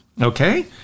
Okay